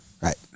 Right